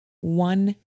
one